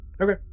Okay